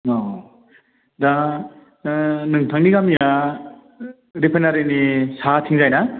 औ दा नोंथांनि गामिया रिफाइनारिनि साहाथिंजाय ना